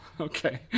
Okay